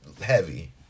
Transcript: heavy